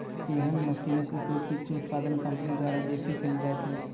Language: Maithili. एहन मशीनक उपयोग कृषि उत्पाद कम्पनी द्वारा बेसी कयल जाइत अछि